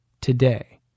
today